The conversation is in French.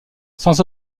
sans